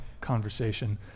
conversation